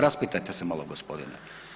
Raspitajte se malo gospodine.